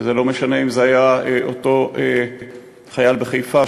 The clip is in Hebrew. וזה לא משנה אם זה היה אותו חייל בחיפה,